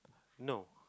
no